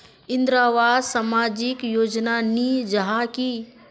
इंदरावास सामाजिक योजना नी जाहा की?